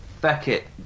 Beckett